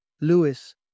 Lewis